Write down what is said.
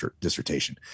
dissertation